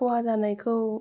ख'हा जानायखौ